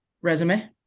resume